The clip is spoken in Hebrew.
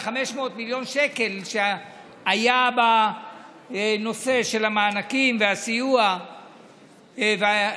500 מיליון שקל שהיו בנושא של המענקים והסיוע למפעלים